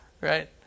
right